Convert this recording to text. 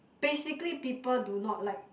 basically people do not like